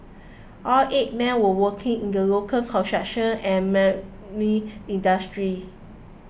all eight men were working in the local construction and marine industries